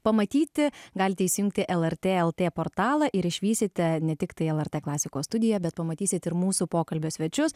pamatyti galite įsijungti lrt lt portalą ir išvysite ne tiktai lrt klasikos studiją bet pamatysit ir mūsų pokalbio svečius